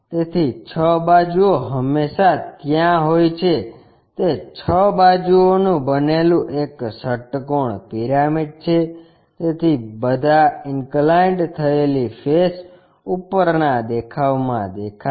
તેથી 6 બાજુઓ હંમેશાં ત્યાં હોય છે તે 6 બાજુઓ નું બનેલું એક ષટ્કોણ પિરામિડ છે તેથી બધા ઇન્કલાઇન્ડ થયેલી ફેસ ઉપરના દેખાવમાં દેખાશે